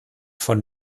von